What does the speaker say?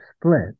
split